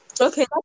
Okay